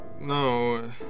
No